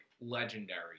legendary